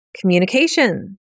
communication